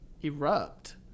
erupt